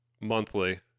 monthly